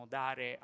dare